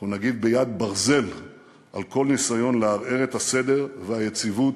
אנחנו נגיב ביד ברזל על כל ניסיון לערער את הסדר והיציבות